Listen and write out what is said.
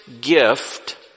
gift